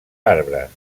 arbres